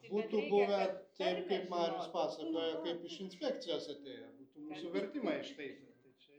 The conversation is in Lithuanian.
būtų buvę taip kaip marius pasakojo kaip iš inspekcijos atėjo būtų mūsų vertimą ištaisę tai čia